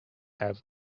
have